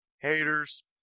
Haters